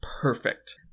perfect